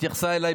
נגד שמחה רוטמן,